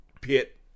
pit